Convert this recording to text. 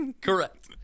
Correct